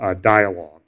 dialogue